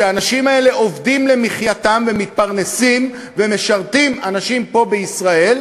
שהאנשים האלה עובדים למחייתם ומתפרנסים ומשרתים אנשים פה בישראל,